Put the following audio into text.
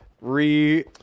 re-